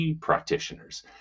practitioners